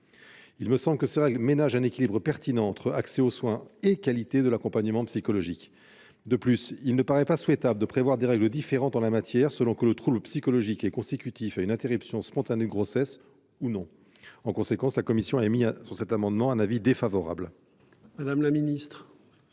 Il me semble que cette mesure permet un équilibre pertinent entre accès aux soins et qualité de l'accompagnement psychologique. De plus, il ne paraît pas souhaitable de prévoir des règles différentes en la matière, selon que le trouble psychologique est consécutif à une interruption spontanée de grossesse ou non. En conséquence, la commission émet un avis défavorable sur cet amendement.